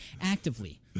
actively